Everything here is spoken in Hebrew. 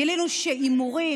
גילינו שהימורים,